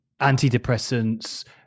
antidepressants